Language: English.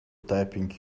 typing